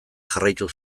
jarraitu